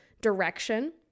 direction